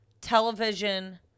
television